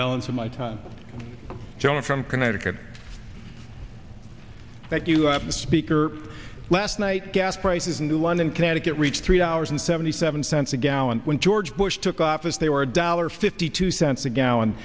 balance of my time joan from connecticut that you are the speaker last night gas prices in new london connecticut reached three hours and seventy seven cents a gallon when george bush took office they were dollar fifty two cents a gallon